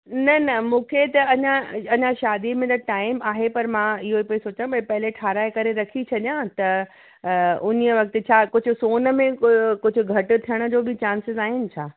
न न मूंखे त अञा अञा शादी में त टाइम आहे पर मां इहो पयी सोचां भई पहिरीं ठहाराए करे रखी छॾियां त उन्हीअ वक्त छा कुझु सोन में कुझु घटि थियण जो बि चांसिस आहिनि छा